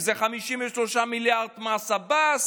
אם זה 53 מיליארד מס עבאס,